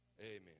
Amen